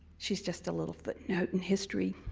she's just a little footnote in history.